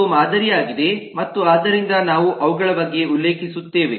ಮತ್ತು ಮಾದರಿಯಾಗಿದೆ ಮತ್ತು ಆದ್ದರಿಂದ ನಾವು ಅವುಗಳ ಬಗ್ಗೆ ಉಲ್ಲೇಖಿಸುತ್ತೇವೆ